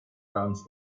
turns